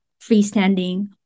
freestanding